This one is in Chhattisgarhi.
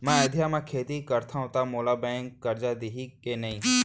मैं अधिया म खेती करथंव त मोला बैंक करजा दिही के नही?